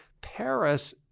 Paris